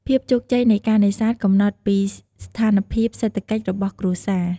ភាពជោគជ័យនៃការនេសាទកំណត់ពីស្ថានភាពសេដ្ឋកិច្ចរបស់គ្រួសារ។